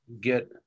get